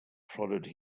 prodded